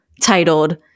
titled